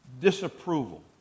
disapproval